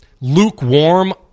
lukewarm